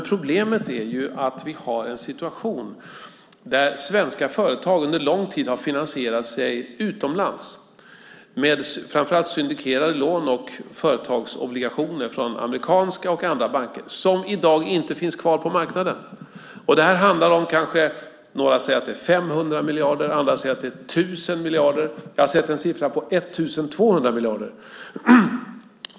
Problemet är att vi har en situation där svenska företag under lång tid har finansierat sig utomlands med framför allt syndikerade lån och företagsobligationer från amerikanska och andra banker som i dag inte finns kvar på marknaden. Några säger att det är 500 miljarder. Andra säger att det är 1 000 miljarder. Jag har sett en siffra på 1 200 miljarder.